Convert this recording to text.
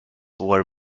were